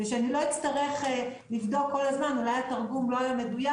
כדי שאני לא אצטרך לבדוק כל הזמן אולי התרגום לא מדויק.